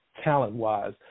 talent-wise